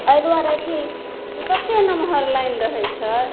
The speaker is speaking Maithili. एहि दुआरे कि जे ततेक नमहर लाइन रहै छै